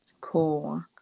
cool